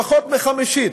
פחות מחמישית.